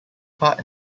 part